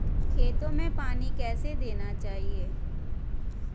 खेतों में पानी कैसे देना चाहिए?